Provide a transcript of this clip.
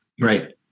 right